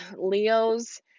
Leos